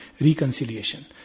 RECONCILIATION